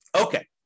Okay